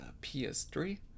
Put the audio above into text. PS3